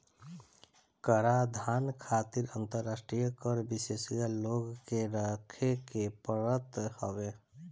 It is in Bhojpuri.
कराधान खातिर अंतरराष्ट्रीय कर विशेषज्ञ लोग के रखे के पड़त हवे